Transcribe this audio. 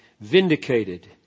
vindicated